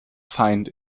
feind